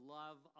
love